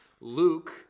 Luke